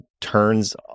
turns